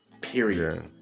Period